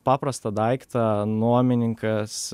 paprastą daiktą nuomininkas